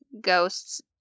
ghosts